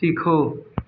सीखो